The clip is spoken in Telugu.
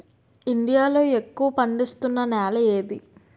ఇండియా లో ఎక్కువ పండిస్తున్నా నేల ఏది?